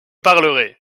parlerai